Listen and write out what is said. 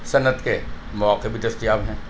صنعت کے مواقع بھی دستیاب ہیں